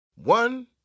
One